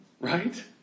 Right